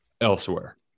elsewhere